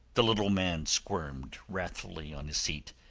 the little man squirmed wrathfully on his seat.